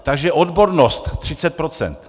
Takže odbornost 30 %.